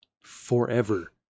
forever